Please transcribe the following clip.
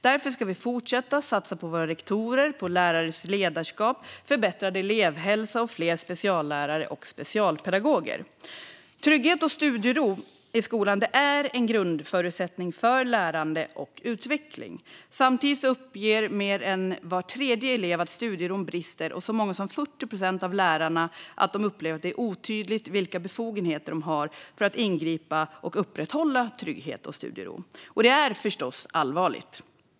Därför ska vi fortsätta att satsa på rektorer, lärares ledarskap, förbättrad elevhälsa och fler speciallärare och specialpedagoger. Trygghet och studiero i skolan är en grundförutsättning för lärande och utveckling. Samtidigt uppger mer än var tredje elev att studieron brister och så många som 40 procent av lärarna att de upplever en otydlighet om vilka befogenheter de har att kunna ingripa för att upprätthålla trygghet och studiero. Det är förstås allvarligt.